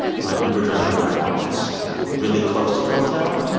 my uber driver got lost really close to the hotel.